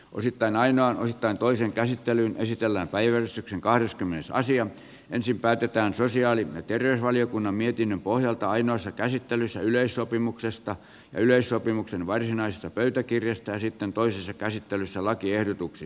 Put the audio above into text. on sitten aina osittain toisen käsittelyn esitellä päivystyksen kahdeskymmenes aasian ensin päätetään sosiaali ja terveysvaliokunnan mietinnön pohjalta ainoassa käsittelyssä yleissopimuksesta ja yleissopimuksen valinnaisesta pöytäkirjasta ja sitten toisessa käsittelyssä lakiehdotuksen